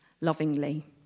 lovingly